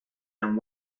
and